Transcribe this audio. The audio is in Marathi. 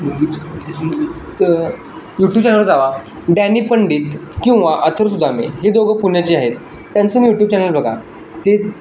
यूट्यूब चॅनल जावा डॅनी पंडित किंवा अथर सुदामे हे दोघं पुण्याचे आहेत त्यांचं मी यूट्यूब चॅनल बघा ते